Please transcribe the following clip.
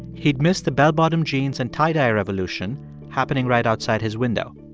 he'd missed the bell-bottom-jeans-and-tie-dye revolution happening right outside his window.